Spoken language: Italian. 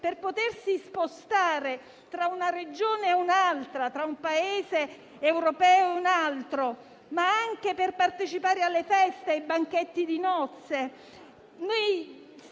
per consentire di spostarsi tra una Regione e un'altra, tra un Paese europeo e un altro, ma anche per partecipare alle feste e ai banchetti di nozze,